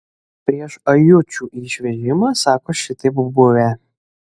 prieš ajučių išvežimą sako šitaip buvę